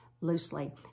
loosely